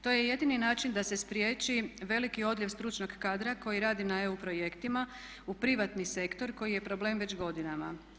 To je jedini način da se spriječi veliki odljev stručnog kadra koji radi na EU projektima u privatni sektor koji je problem već godinama.